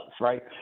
right